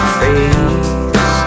face